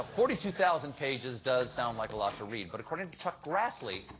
forty two thousand pages does sound like a lot to read, but according to chuck grassley,